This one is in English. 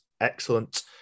excellent